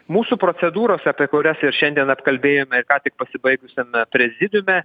mūsų procedūros apie kurias ir šiandien atkalbėjome ką tik pasibaigusiame prezidiume